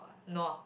no ah